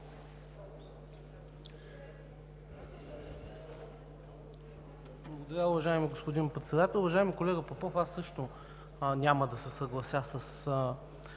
Благодаря, уважаеми господин Председател. Уважаеми колега Попов, аз също няма да се съглася с